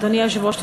אדוני היושב-ראש,